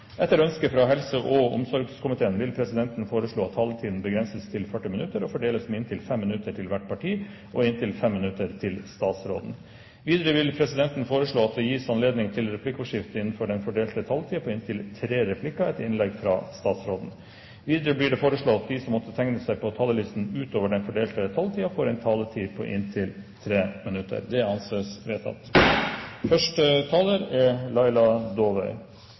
Etter ønske fra helse- og omsorgskomiteen vil presidenten foreslå at taletiden begrenses til 40 minutter, og fordeles med inntil 5 minutter til hvert parti og inntil 5 minutter til statsråden. Videre vil presidenten foreslå at det gis anledning til replikkordskifte på inntil tre replikker med svar etter innlegget fra statsråden innenfor den fordelte taletid. Videre blir det foreslått at de som måtte tegne seg på talerlisten utover den fordelte taletid, får en taletid på inntil 3 minutter. – Det anses vedtatt. Første taler er sakens ordfører, Laila